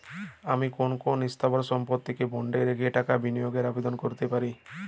আমি কোন কোন স্থাবর সম্পত্তিকে বন্ডে রেখে টাকা বিনিয়োগের আবেদন করতে পারি?